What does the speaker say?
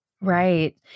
Right